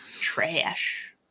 trash